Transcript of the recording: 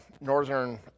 Northern